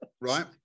right